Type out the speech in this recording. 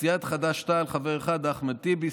סיעת חד"ש-תע"ל: אחמד טיבי,